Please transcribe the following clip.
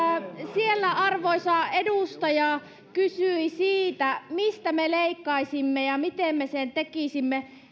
siellä arvoisa edustaja kysyi siitä mistä me leikkaisimme ja miten me sen tekisimme